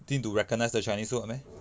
need to recognise the chinese word meh